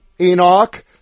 Enoch